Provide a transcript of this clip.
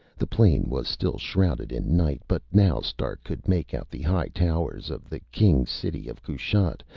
the plain was still shrouded in night, but now stark could make out the high towers of the king city of kushat,